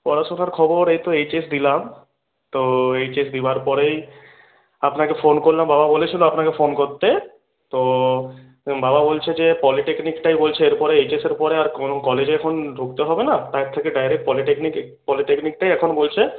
পড়াশোনার খবর এই তো এইচএস দিলাম তো এইচএস দেওয়ার পরেই আপনাকে ফোন করলাম বাবা বলেছিল আপনাকে ফোন করতে তো বাবা বলছে যে পলিটেকনিকটায় বলছে এর পরে এইচএস এর পরে আর কোনো কলেজে এখন ঢুকতে হবে না তার থেকে ডাইরেক্ট পলিটেকনিক পলিটেকনিকটাই এখন বলছে